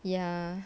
ya